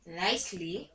nicely